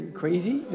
crazy